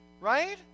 right